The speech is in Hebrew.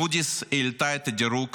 מודי'ס העלתה את הדירוג